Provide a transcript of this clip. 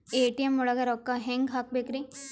ATM ಒಳಗ್ ರೊಕ್ಕ ಹೆಂಗ್ ಹ್ಹಾಕ್ಬೇಕ್ರಿ?